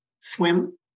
swim